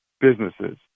businesses